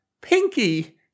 Pinky